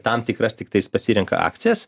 tam tikras tiktais pasirenka akcijas